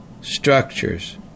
structures